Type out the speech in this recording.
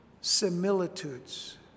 similitudes